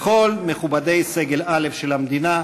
וכל מכובדי סגל א' של המדינה,